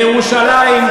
בירושלים,